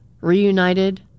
Reunited